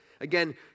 Again